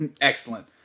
excellent